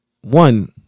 one